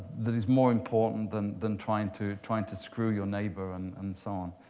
that is more important than than trying to trying to screw your neighbor and and so on.